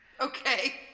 Okay